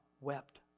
wept